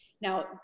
Now